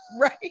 Right